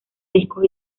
discos